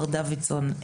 מר דוידסון,